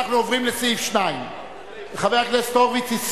אנחנו עוברים לסעיף 2. חבר הכנסת הורוביץ,